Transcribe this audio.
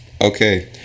Okay